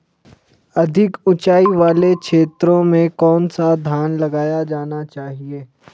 अधिक उँचाई वाले क्षेत्रों में कौन सा धान लगाया जाना चाहिए?